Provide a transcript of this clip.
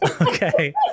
Okay